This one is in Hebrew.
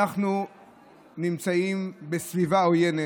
אנחנו נמצאים בסביבה עוינת,